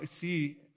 see